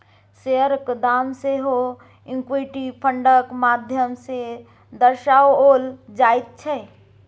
शेयरक दाम सेहो इक्विटी फंडक माध्यम सँ दर्शाओल जाइत छै